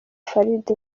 farid